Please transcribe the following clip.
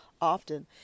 often